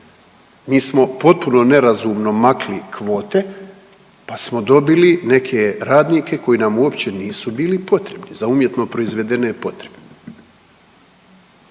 Mi smo potpuno nerazumno makli kvote pa smo dobili neke radnike koji nam uopće nisu bili potrebni za umjetno proizvedene potrebe.